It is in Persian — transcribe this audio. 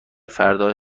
فردا